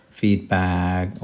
feedback